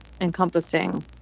encompassing